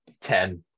Ten